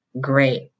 great